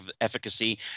efficacy